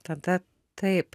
tada taip